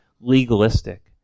legalistic